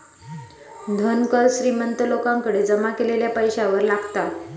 धन कर श्रीमंत लोकांकडे जमा केलेल्या पैशावर लागता